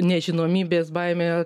nežinomybės baimė